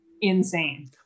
insane